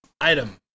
item